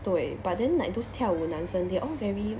对 but then like those 跳舞男生 they all very